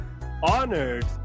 honored